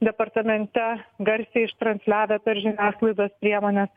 departamente garsiai ištransliavę per žiniasklaidos priemones